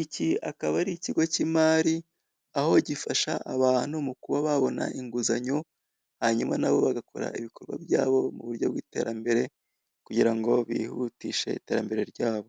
iki akaba ari ikigo k'imali aho gifasha abantu mu kuba babona inguzanyo, hanyuma nabo bagakora ibikorwa byabo mu buryo bw'iterambere, kugira ngo bihutishe iterambere ryabo.